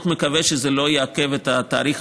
אני מאוד מקווה שזה לא יעכב את התאריך